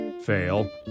Fail